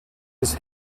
his